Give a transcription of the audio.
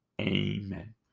Amen